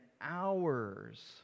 hours